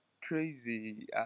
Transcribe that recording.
crazy